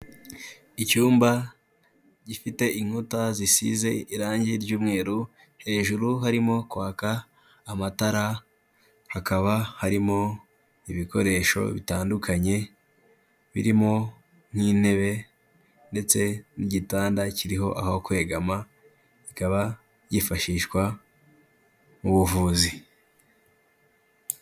Icyumba gifite inkuta zisize irangi ry'umweru hejuru harimo kwaka amatara, hakaba harimo ibikoresho bitandukanye, birimo nk'intebe ndetse n'igitanda kiriho aho kwegama ikaba byifashishwa mu buvuzi.